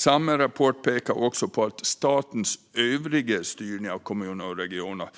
Samma rapport pekar också på att statens övriga styrning av kommuner och regioner